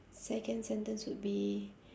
second sentence would be